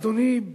אדוני,